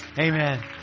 Amen